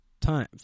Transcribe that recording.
time